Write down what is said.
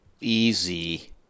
easy